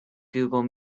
google